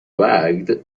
wagged